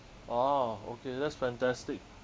orh okay that's fantastic